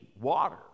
water